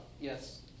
Yes